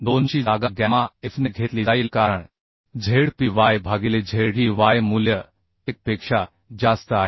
2 ची जागा gamma f ने घेतली जाईल कारण z p y भागिले z e y मूल्य 1 पेक्षा जास्त आहे